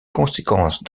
conséquence